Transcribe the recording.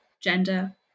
Gender